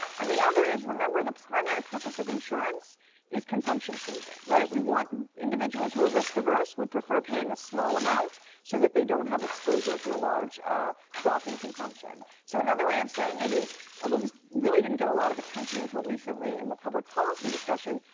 and the other is, remember the primary purpose of insurance is consumption smoothing, right? we want individuals who are risk-averse, would prefer paying a small amount so that they don't have exposure to a large drop in consumption. so another way of saying it is although this really didn't get a lot of attention until recently in the public policy discussion,